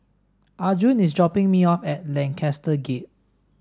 Arjun is dropping me off at Lancaster Gate